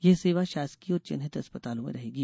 यह सेवा शासकीय और चिन्हित अस्पतालों में रहेगी